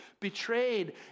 betrayed